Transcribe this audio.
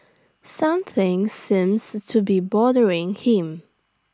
something seems to be bothering him